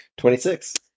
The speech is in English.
26